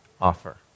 offer